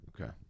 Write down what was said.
Okay